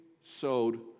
sowed